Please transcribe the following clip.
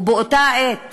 ובאותה עת